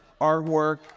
artwork